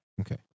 Okay